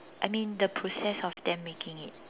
I mean the process of them making it